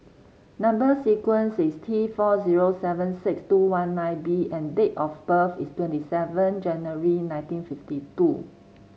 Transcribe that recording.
number sequence is T four zero seven six two one nine B and date of birth is twenty seven January nineteen fifty two